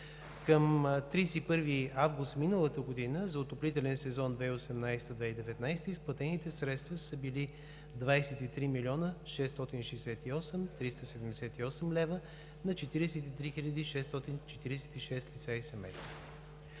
Към 31 август миналата година за отоплителен сезон 2018 – 2019 г. изплатените средства са били 23 млн. 668 хил. 378 лв. на 43 646 лица и семейства.